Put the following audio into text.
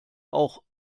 auch